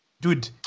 Dude